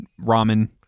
ramen